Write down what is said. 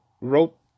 wrote